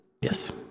Yes